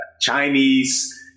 Chinese